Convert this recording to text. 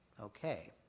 Okay